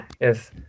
Yes